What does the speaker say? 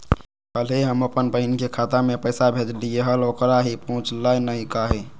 कल्हे हम अपन बहिन के खाता में पैसा भेजलिए हल, ओकरा ही पहुँचलई नई काहे?